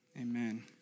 Amen